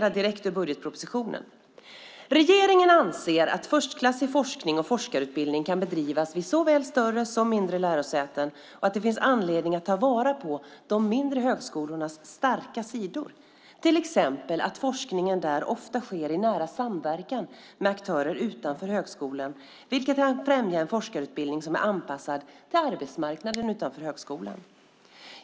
Av budgetpropositionen framgår följande: Regeringen anser att förstklassig forskning och forskarutbildning kan bedrivas vid såväl större som mindre lärosäten och att det finns anledning att ta vara på de mindre högskolornas starka sidor, till exempel att forskningen där ofta sker i nära samverkan med aktörer utanför högskolan, vilket kan främja en forskarutbildning som är anpassad till arbetsmarknaden utanför högskolan.